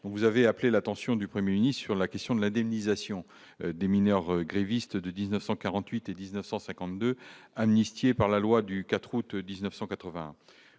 vous avez appelé l'attention du. Même sur la question de l'indemnisation des mineurs grévistes de 1948 et 1952 amnistiés par la loi du 4 août 1980